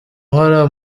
uhora